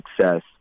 success